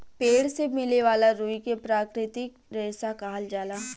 पेड़ से मिले वाला रुई के प्राकृतिक रेशा कहल जाला